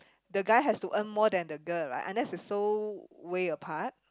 the guy has to earn more than the girl right unless is so way apart